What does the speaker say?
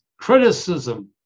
criticism